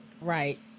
Right